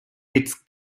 its